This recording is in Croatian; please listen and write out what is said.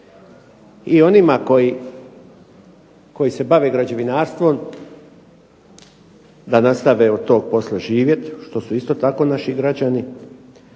i onima koji se bave građevinarstvom da nastave od toga posla živjeti što su isto tako naši građani.